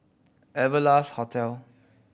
Wanderlust Hotel